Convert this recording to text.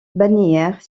balnéaire